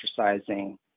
exercising